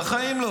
אני לא הבנתי?